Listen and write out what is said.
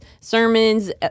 sermons